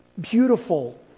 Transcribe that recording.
Beautiful